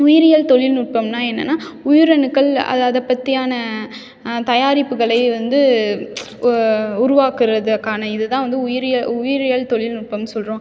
உயிரியல் தொழில்நுட்பம்னால் என்னன்னா உயிரணுக்கள் அதாவது பத்தையான தயாரிப்புகளை வந்து உருவாக்குறதுக்கான இது தான் வந்து உயிரிய உயிரியல் தொழில்நுட்பம்னு சொல்கிறோம்